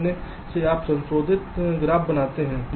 तो ऐसा करने से आप संशोधित ग्राफ बनाते हैं